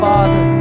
Father